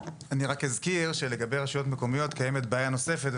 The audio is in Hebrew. אזכיר שלגבי רשויות מקומיות קיימת בעיה נוספת,